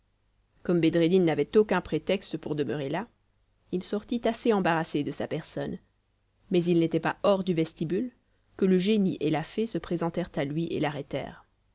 comme bedreddin n'avait aucun prétexte pour demeurer là il sortit assez embarrassé de sa personne mais il n'était pas hors du vestibule que le génie et la fée se présentèrent à lui et